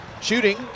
shooting